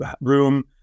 room